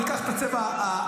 אני אקח את הצבע הכחול.